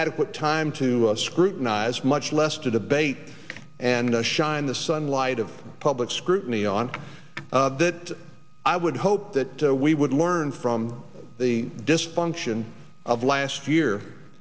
adequate time to scrutinize much less to debate and shine the sunlight of public scrutiny on that i would hope that we would learn from the dysfunction of last year